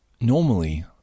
normally